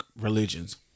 religions